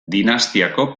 dinastiako